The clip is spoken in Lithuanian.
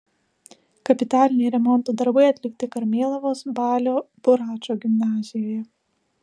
kapitaliniai remonto darbai atlikti karmėlavos balio buračo gimnazijoje